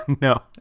no